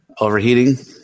Overheating